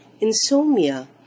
insomnia